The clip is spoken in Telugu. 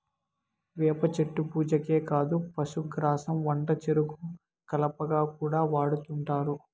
వేప చెట్టు పూజకే కాదు పశుగ్రాసం వంటచెరుకు కలపగా కూడా వాడుతుంటారు